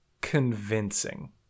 convincing